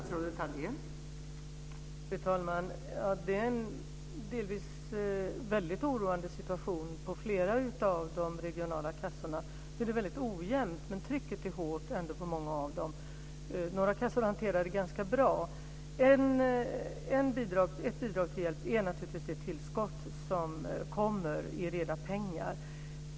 Fru talman! Det är en delvis mycket oroande situation på flera av de regionala kassorna. Den är väldigt ojämn, men trycket är ändå hårt på många av dem. Några kassor hanterar det ganska bra. Ett bidrag till hjälp är naturligtvis det tillskott som kommer i reda pengar.